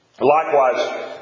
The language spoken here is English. Likewise